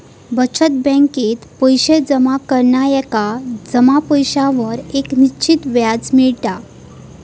बचत बॅकेत पैशे जमा करणार्यांका जमा पैशांवर एक निश्चित व्याज मिळता